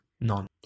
none